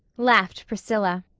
laughed priscilla.